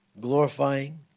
glorifying